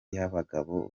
y’abagabo